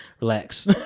relax